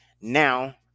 Now